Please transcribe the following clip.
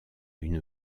une